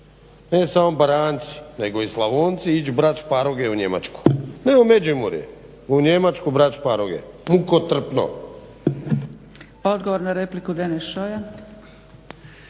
ne samo baranjci, nego i slavonci ići brati šparoge u Njemačku. Ne u Međimurje u Njemačku brati šparoge mukotrpno.